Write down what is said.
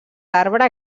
arbre